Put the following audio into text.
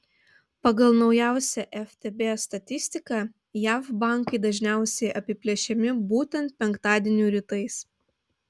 pagal naujausią ftb statistiką jav bankai dažniausiai apiplėšiami būtent penktadienių rytais